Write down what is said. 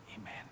Amen